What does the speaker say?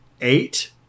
eight